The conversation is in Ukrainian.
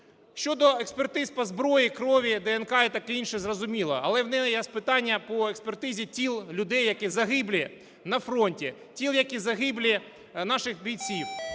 Щодо експерти по зброї, крові, ДНК і таке інше зрозуміло. Але в мене є питання по експертизі тіл людей, які загиблі на фронті, тіл, які загиблі наших бійців,